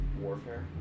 Warfare